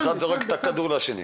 כל אחד מעביר את הכדור לשני.